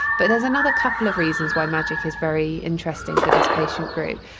but there's another couple of reasons why magic is very interesting for this patient group.